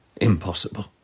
Impossible